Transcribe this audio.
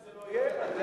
כרגע, רבותי.